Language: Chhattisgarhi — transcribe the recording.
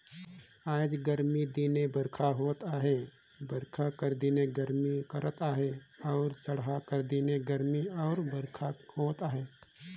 आएज गरमी दिने बरिखा होवत अहे बरिखा कर दिने गरमी करत अहे अउ जड़हा कर दिने गरमी अउ बरिखा होवत अहे